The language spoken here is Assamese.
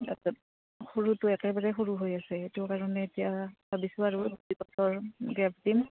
তাৰপাছত সৰুটো একেবাৰে সৰু হৈ আছে সেইটো কাৰণে এতিয়া ভাবিছোঁ আৰু বছৰ গেপ দিম